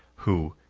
who,